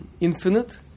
infinite